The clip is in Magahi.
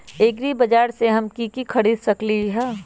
एग्रीबाजार से हम की की खरीद सकलियै ह?